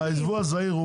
רוב הייבוא הזעיר הוא